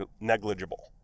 negligible